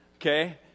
Okay